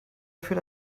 führt